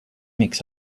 makes